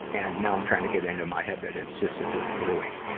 and now i'm trying to get it into my head that it's sisyphus brewing.